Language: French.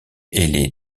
ailée